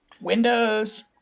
Windows